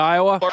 Iowa